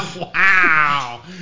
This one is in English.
Wow